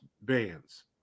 bands